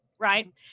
right